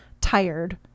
tired